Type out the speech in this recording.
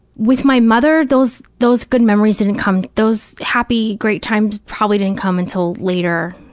with my mother, those those good memories didn't come, those happy, great times probably didn't come until later,